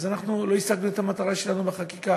אז לא השגנו את המטרה בחקיקה.